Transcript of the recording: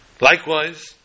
Likewise